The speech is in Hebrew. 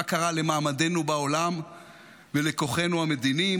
מה קרה למעמדנו בעולם ולכוחנו המדיני.